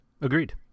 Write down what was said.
Agreed